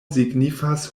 signifas